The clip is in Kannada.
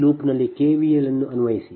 ಈ ಲೂಪ್ನಲ್ಲಿ ಕೆವಿಎಲ್ ಅನ್ನು ಅನ್ವಯಿಸಿ